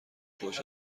خوش